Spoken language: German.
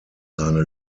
seine